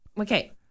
Okay